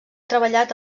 treballat